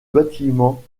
bâtiment